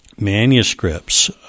manuscripts